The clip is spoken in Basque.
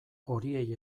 horiei